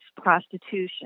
prostitution